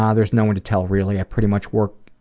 um there's no one to tell really. i pretty much work,